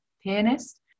pianist